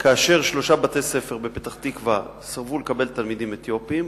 כאשר שלושה בתי-ספר בפתח-תקווה סירבו לקבל תלמידים אתיופים,